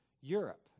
Europe